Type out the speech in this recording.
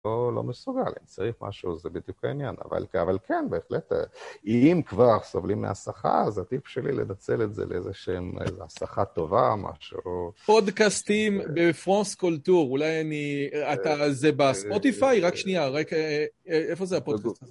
לא, לא מסוגל, אם צריך משהו, זה בדיוק העניין, אבל כן, בהחלט, אם כבר סובלים מהסחה, אז הטיפ שלי לנצל את זה לאיזה שהם, איזו הסחה טובה, או משהו. פודקאסטים בפרוס קולטור, אולי אני, אתר הזה בספוטיפיי, רק שנייה, רק, איפה זה הפודקאסט הזה?